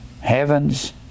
heavens